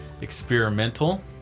experimental